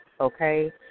okay